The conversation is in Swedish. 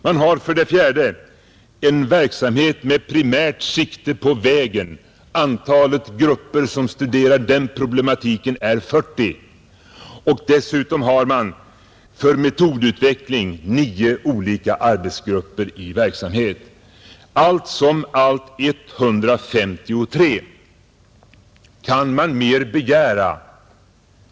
Man har för det fjärde en verksamhet med primärt sikte på vägen, Antalet grupper som studerar den problematiken är 40. Dessutom har man för metodutveckling 9 olika arbetsgrupper i verksamhet. Allt som allt 153 — kan vi mer begära?